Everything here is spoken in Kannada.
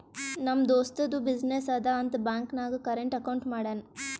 ನಮ್ ದೋಸ್ತದು ಬಿಸಿನ್ನೆಸ್ ಅದಾ ಅಂತ್ ಬ್ಯಾಂಕ್ ನಾಗ್ ಕರೆಂಟ್ ಅಕೌಂಟ್ ಮಾಡ್ಯಾನ್